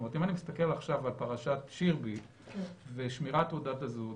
אם אני מסתכל עכשיו על פרשת שירביט ושמירת תעודת הזהות,